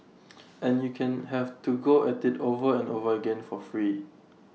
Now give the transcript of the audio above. and you can have to go at IT over and over again for free